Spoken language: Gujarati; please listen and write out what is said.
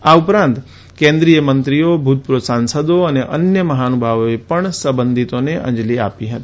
આ ઉપરાંત કેન્દ્રીય મંત્રીઓ ભૂતપૂર્વ સાંસદો અને અન્ય મહાનુભાવોએ પણ સંબંધિતોને અંજલિ આપી હતી